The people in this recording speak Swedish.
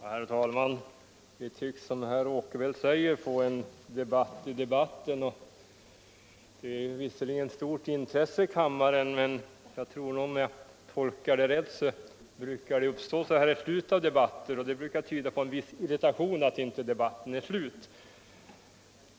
Herr talman! Vi tycks, som herr Åkerfeldt säger, få en debatt i debatten. Det är visserligen ett stort intresse i kammaren. Men det brukar vara många närvarande när en stor votering förestår och det brukar då finnas en viss irritation över att debatten inte slutar.